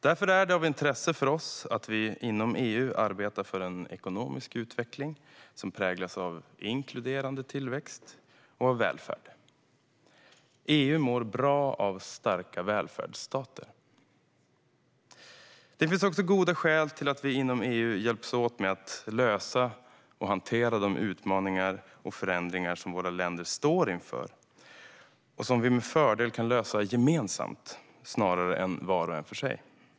Därför är det av intresse för oss att vi inom EU arbetar för en ekonomisk utveckling som präglas av inkluderande tillväxt och av välfärd. EU mår bra av starka välfärdsstater. Det finns också goda skäl till att vi inom EU hjälps åt med att lösa och hantera de utmaningar och förändringar som våra länder står inför och som vi med fördel kan lösa gemensamt, snarare än var och en för sig.